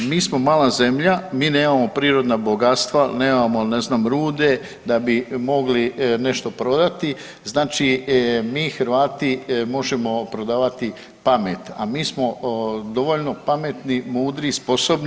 Mi smo mala zemlja, mi nemamo prirodna bogatstva, nemamo ne znam rude da bi mogli nešto prodati, znači mi Hrvati možemo prodavati pamet, a mi smo dovoljno pametni, mudri i sposobni.